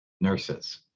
nurses